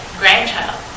grandchild